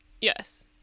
Yes